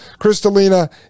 Kristalina